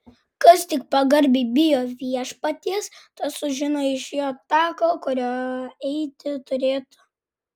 kas tik pagarbiai bijo viešpaties tas sužino iš jo taką kuriuo eiti turėtų